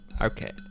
Okay